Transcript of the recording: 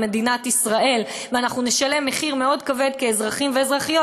מדינת ישראל ואנחנו נשלם מחיר מאוד כבד כאזרחים ואזרחיות,